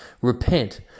Repent